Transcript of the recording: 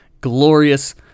glorious